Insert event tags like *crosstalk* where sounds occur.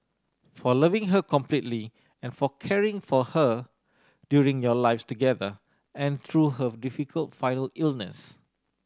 for loving her completely and for caring for her during your lives together and through her *unintelligible* difficult final illness